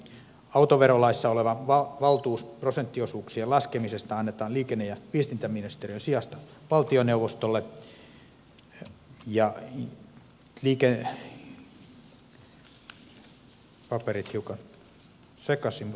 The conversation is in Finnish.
autoverolaissa oleva valtuus prosenttiosuuksien laskemisesta annetaan liikenne ja viestintäministeriön sijasta valtioneuvostolle